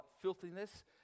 filthiness